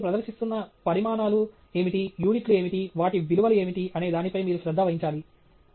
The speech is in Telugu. గ్రాఫ్లో మీరు ప్రదర్శిస్తున్న పరిమాణాలు ఏమిటి యూనిట్లు ఏమిటి వాటి విలువలు ఏమిటి అనే దానిపై మీరు శ్రద్ధ వహించాలి